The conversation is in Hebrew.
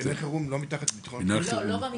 בענייני חירום, לא מתחת לביטחון.